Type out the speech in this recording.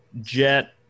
Jet